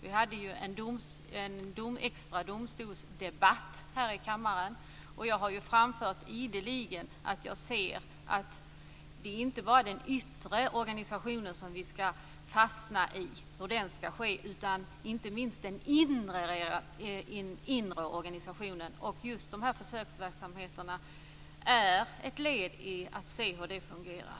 Vi hade också en extra domstolsdebatt här i kammaren. Jag har ideligen framfört att jag anser att vi inte ska fastna i bara hur den yttre organisationen ska ske, utan att det också gäller inte minst den inre organisationen. Just de här försöksverksamheterna är ett led i att se hur det fungerar.